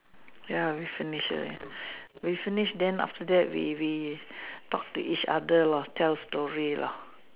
ya we finish already we finish then after that we we talk to each other lor tell story lor